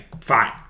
Fine